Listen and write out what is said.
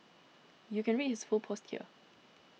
you can read his full post here